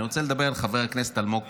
אני רוצה לדבר על חבר הכנסת אלמוג כהן.